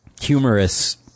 humorous